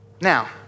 Now